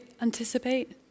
anticipate